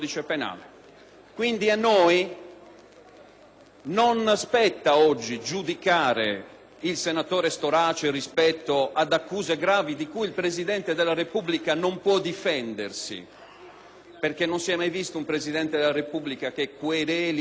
non spetta oggi giudicare l'ex senatore Storace riguardo ad accuse gravi rispetto alle quali il Presidente della Repubblica non può difendersi, perché non si è mai visto un Presidente della Repubblica che quereli un cittadino o un